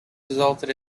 resulted